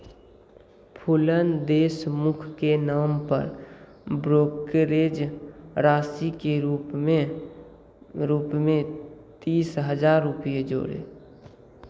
फूलन देशमुख के नाम पर ब्रोकरेज राशि के रूप में रूप में तीस हज़ार रुपये जोड़ें